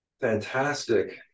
fantastic